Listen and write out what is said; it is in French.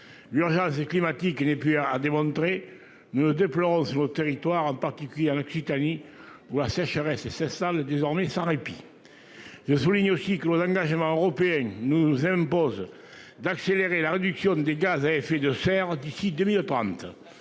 L'urgence climatique n'est plus à démontrer. Nous déplorons s'vos territoires territoire en particulier en Occitanie voire sécheresse et ses salles désormais sans répit. Je souligne aussi que l'on engagement européen nous impose d'accélérer la réduction des gaz à effet de serre d'ici 2030.